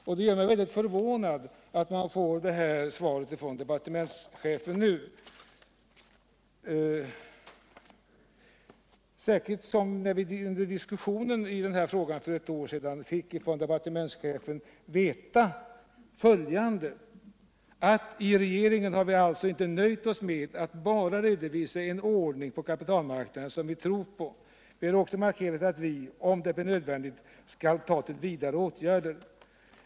Mot denna bakgrund är jag förvånad över departementschefens svar. I diskussionen i denna fråga för ett år sedan fick vi av departementschefen veta följande: ”I regeringen har vi alltså inte nöjt oss med att redovisa en ordning på kapitalmarknaden som vi tror på. Vi har också markerat att vi, om det blir nödvändigt, skall ta till vidare åtgärder.